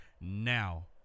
now